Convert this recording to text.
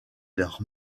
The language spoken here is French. leurs